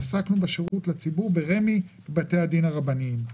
עסקנו בשירות לציבור ברמ"י ובבתי הדין הרבנים.